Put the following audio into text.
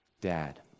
dad